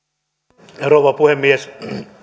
arvoisa rouva puhemies